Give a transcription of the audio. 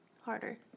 harder